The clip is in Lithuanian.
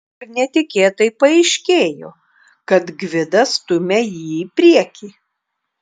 ir netikėtai paaiškėjo kad gvidas stumia jį į priekį